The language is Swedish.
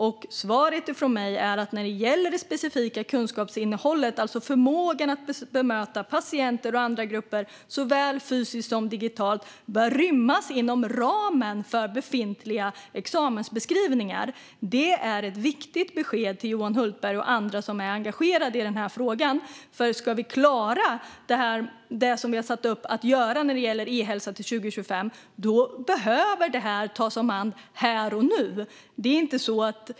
Svaret från mig är att det specifika kunskapsinnehållet, alltså förmågan att bemöta patienter och andra grupper såväl fysiskt som digitalt, bör rymmas inom ramen för befintliga examensbeskrivningar. Det är ett viktigt besked till Johan Hultberg och andra som är engagerade i denna fråga. Ska vi klara det vi har satt upp att göra när det gäller e-hälsa till 2025 behöver detta tas om hand här och nu.